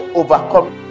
overcome